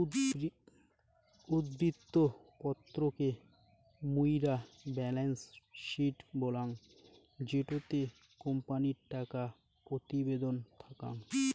উদ্ধৃত্ত পত্র কে মুইরা বেলেন্স শিট বলাঙ্গ জেটোতে কোম্পানির টাকা প্রতিবেদন থাকাং